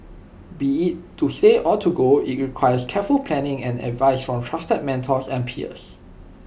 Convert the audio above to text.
be IT to stay or to go IT requires careful planning and advice from trusted mentors and peers